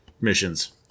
missions